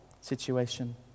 situation